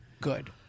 good